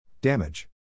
Damage